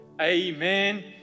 amen